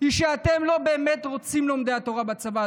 היא שאתם לא באמת רוצים לומדי תורה בצבא,